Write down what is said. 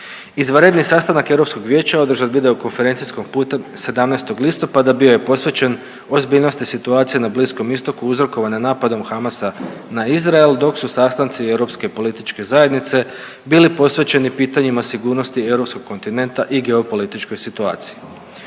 Izvanredni sastanak Europskog vijeća održan videokonferencijskim putem 17. listopada bio je posvećen ozbiljnosti situacije na Bliskom Istoku uzrokovane napadom Hamasa na Izrael dok su sastanci europske političke zajednice bili posvećeni pitanjima sigurnosti europskog kontinenta i geopolitičkoj situaciji.